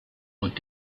und